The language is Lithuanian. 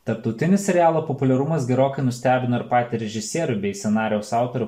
tarptautinis serialo populiarumas gerokai nustebino ir patį režisierių bei scenarijaus autorių